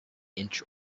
inch